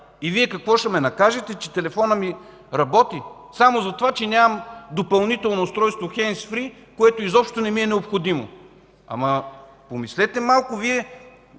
И Вие ще ме накажете, че телефонът ми работи, само за това че нямам допълнително устройство хендс фри, което изобщо не ми е необходимо. Помислете малко!